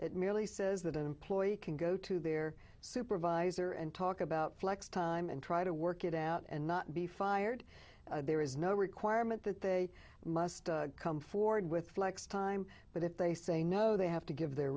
it merely says that an employee can go to their supervisor and talk about flex time and try to work it out and not be fired there is no requirement that they must come forward with flex time but if they say no they have to give their